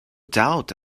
doubt